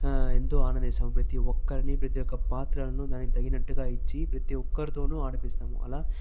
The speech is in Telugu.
ఎంతో ఆనందిస్తాం ప్రతి ఒక్కరిని ప్రతి ఒక్క పాత్రను దాని తగినట్టుగా ఇచ్చి ప్రతి ఒక్కరితోను ఆడిపిస్తాము అలా